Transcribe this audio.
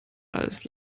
als